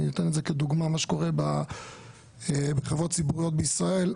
אני אתן את זה כדומה מה שקורה בחברות ציבוריות בישראל,